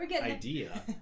idea